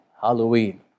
Halloween